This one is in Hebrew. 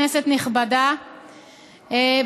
כנסת נכבדה,